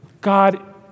God